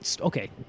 Okay